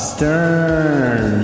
Stern